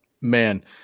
Man